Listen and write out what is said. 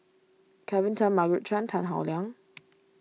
Kelvin Tan Margaret Chan Tan Howe Liang